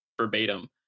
verbatim